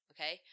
Okay